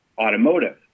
automotive